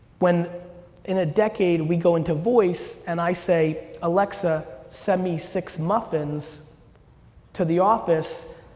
when in a decade, we go into voice and i say, alexa send me six muffins to the office,